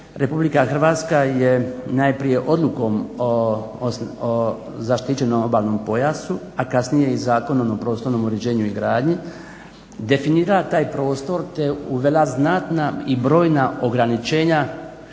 ratifikaciju RH je najprije Odlukom o zaštićenom obalnom pojasu, a kasnije i Zakonom o prostornom uređenju i gradnji definirala taj prostor te uvela znatna i brojna ograničenja